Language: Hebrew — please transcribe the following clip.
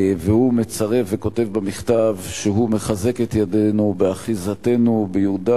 הוא מצרף וכותב במכתב שהוא מחזק את ידינו באחיזתנו ביהודה,